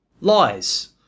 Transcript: lies